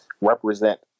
represent